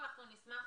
אנחנו נשמח